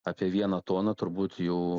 apie vieną toną turbūt jau